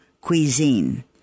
Cuisine